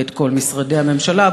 ואת כל משרדי הממשלה.